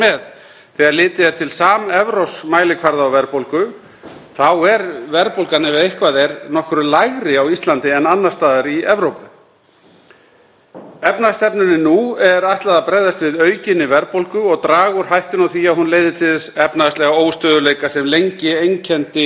Efnahagsstefnunni nú er ætlað að bregðast við aukinni verðbólgu og draga úr hættunni á því að hún leiði til þess efnahagslega óstöðugleika sem lengi einkenndi íslenskt efnahagslíf. Í ár verður því dregið úr stuðningi ríkisfjármálanna við hagkerfið, sem er nauðsynlegt skref til að stöðva hækkun skuldahlutfallsins.